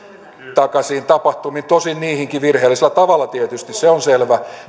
takaisiin tapahtumiin tosin niihinkin tietysti virheellisellä tavalla se on selvä